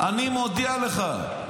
אני מודיע לך,